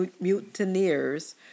mutineers